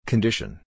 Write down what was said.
Condition